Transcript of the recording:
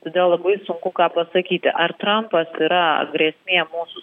todėl labai sunku ką pasakyti ar trampas yra grėsmė mūsų